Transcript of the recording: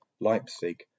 Leipzig